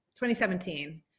2017